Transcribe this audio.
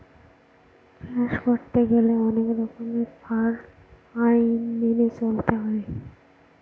চাষ করতে গেলে অনেক রকমের ফার্ম আইন মেনে চলতে হয়